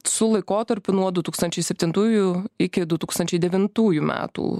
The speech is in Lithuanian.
su laikotarpiu nuo du tūkstančiai septintųjų iki du tūkstančiai devintųjų metų